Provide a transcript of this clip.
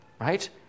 right